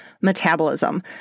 metabolism